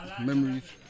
memories